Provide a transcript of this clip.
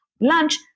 lunch